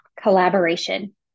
collaboration